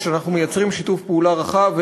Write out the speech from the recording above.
כשאנחנו מייצרים שיתוף פעולה רחב,